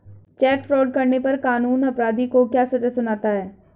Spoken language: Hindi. चेक फ्रॉड करने पर कानून अपराधी को क्या सजा सुनाता है?